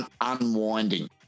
unwinding